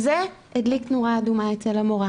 וזה הדליק נורה אדומה אצל המורה,